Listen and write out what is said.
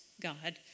God